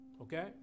okay